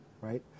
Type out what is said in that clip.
right